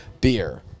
beer